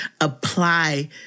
apply